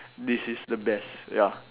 this is the best ya